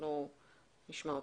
ואנחנו נשמע אותו.